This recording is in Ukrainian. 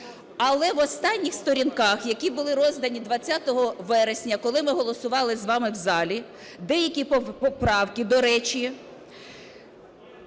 Але в останніх сторінках, які були роздані 20 вересня, коли ми голосували з вами в залі, деякі поправки, до речі,